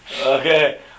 Okay